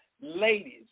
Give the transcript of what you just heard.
ladies